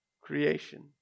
creation